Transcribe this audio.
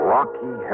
Rocky